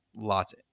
lots